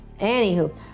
anywho